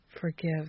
forgive